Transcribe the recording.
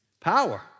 Power